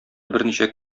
берничә